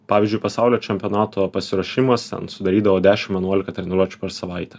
pavyzdžiui pasaulio čempionato pasiruošimas ten sudarydavo dešim vienuolika treniruočių per savaitę